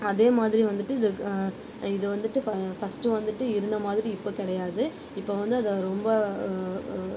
அதே மாதிரி வந்துட்டு இது இது வந்துட்டு பா ஃபஸ்ட்டு வந்துட்டு இருந்த மாதிரி இப்போ கிடையாது இப்போ வந்து அதை ரொம்ப